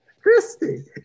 Christy